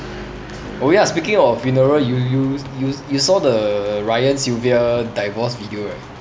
oh ya speaking of funeral you you you you saw the ryan sylvia divorce video right